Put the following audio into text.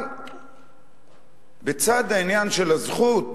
אבל בצד העניין של הזכות